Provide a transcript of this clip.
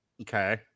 Okay